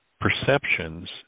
perceptions